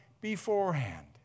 beforehand